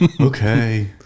Okay